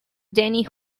denny